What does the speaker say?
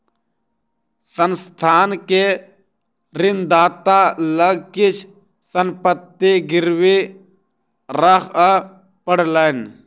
संस्थान के ऋणदाता लग किछ संपत्ति गिरवी राखअ पड़लैन